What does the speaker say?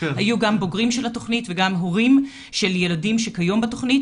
היו גם בוגרים של התוכנית וגם הורים של ילדים שכיום בתוכנית.